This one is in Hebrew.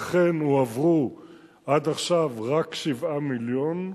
אכן הועברו עד עכשיו רק 7 מיליון,